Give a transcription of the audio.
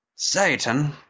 Satan